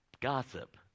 gossip